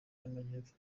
y’amajyepfo